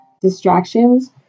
distractions